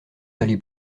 d’aller